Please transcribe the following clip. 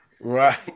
Right